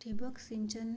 ठिबक सिंचन